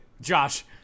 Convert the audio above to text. Josh